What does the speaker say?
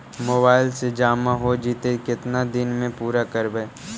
Mobile से जामा हो जैतय, केतना दिन में पुरा करबैय?